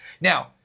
Now